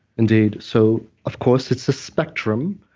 indeed. so, of course, it's a spectrum,